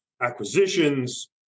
acquisitions